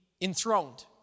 enthroned